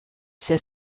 say